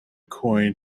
coin